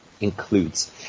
includes